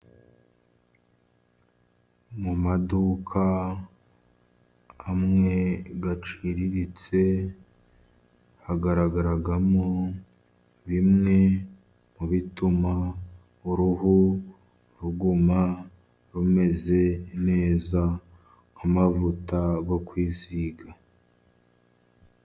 Mu maduka amwe aciriritse hagaragaramo bimwe mu bituma uruhu ruguma rumeze neza, amavuta yo kwisiga.